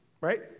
right